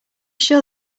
sure